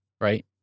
right